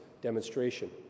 demonstration